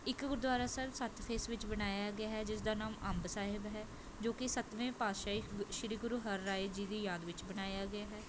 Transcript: ਇੱਕ ਗੁਰਦੁਆਰਾ ਸਾਹਿਬ ਸੱਤ ਫੇਸ ਵਿੱਚ ਬਣਾਇਆ ਗਿਆ ਹੈ ਜਿਸਦਾ ਨਾਮ ਅੰਬ ਸਾਹਿਬ ਹੈ ਜੋ ਕਿ ਸੱਤਵੇਂ ਪਾਤਸ਼ਾਹੀ ਸ਼੍ਰੀ ਗੁਰੂ ਹਰਿਰਾਏ ਜੀ ਦੀ ਯਾਦ ਵਿੱਚ ਬਣਾਇਆ ਗਿਆ ਹੈ